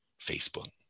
Facebook